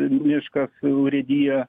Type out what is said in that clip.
miškas urėdija